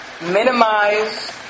Minimize